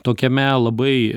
tokiame labai